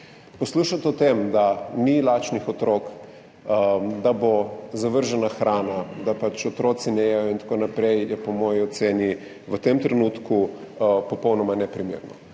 Poslušati o tem, da ni lačnih otrok, da bo zavržena hrana, da otroci ne jedo in tako naprej, je po moji oceni v tem trenutku popolnoma neprimerno.